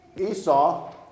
Esau